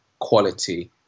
quality